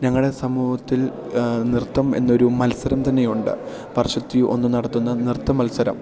ഞങ്ങളുടെ സമൂഹത്തിൽ നൃത്തം എന്നൊരു മത്സരം തന്നെയുണ്ട് വർഷത്തിൽ ഒന്ന് നടത്തുന്ന നൃത്തമത്സരം